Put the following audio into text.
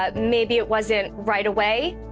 ah maybe it wasn't right away,